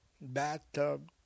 bathtub